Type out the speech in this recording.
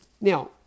Now